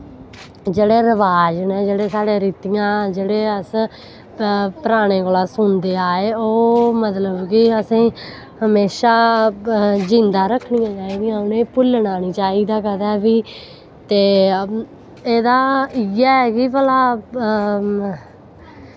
जेह्ड़े रवाज़ न जेह्ड़े रितियां जेह्ड़े अस पराने कोला सुनदे आए ओह् मतलव कि असेंई हमेशा जिंदा रक्खनियां चाही दियां उनेंई भुल्लना नी चाही दी कदें बी ते एह्दा इयै कि भला